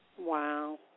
Wow